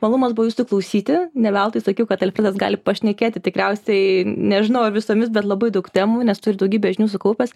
malumas buvo jūsų klausyti ne veltui sakiau kad alfredas gali pašnekėti tikriausiai nežinau visomis dar labai daug temų nes turi daugybę žinių sukaupęs